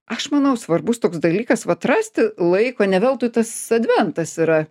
aš manau svarbus toks dalykas vat rasti laiko ne veltui tas adventas yra